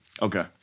Okay